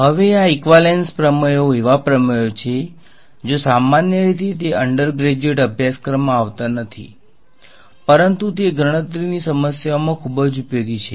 હવે આ ઈકવાલેન્સ પ્રમેયો એવા પ્રમેયો છે જ્યાં સામાન્ય રીતે તે અંડરગ્રેજ્યુએટ અભ્યાસક્રમમાં આવતા નથી પરંતુ તે ગણતરીની સમસ્યાઓમાં ખૂબ ઉપયોગી છે